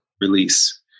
release